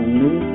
new